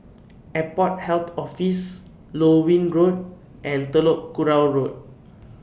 Airport Health Office Loewen Road and Telok Kurau Road